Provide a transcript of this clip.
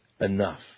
enough